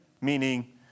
meaning